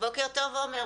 בוקר טוב, עומר.